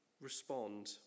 respond